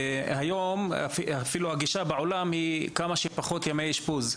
היום אפילו הגישה בעולם היא כמה שפחות ימי אשפוז,